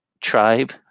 Tribe